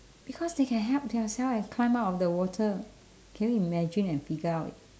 because they can help themselves and climb out of the water can you imagine and figure out